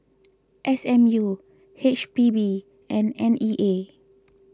S M U H P B and N E A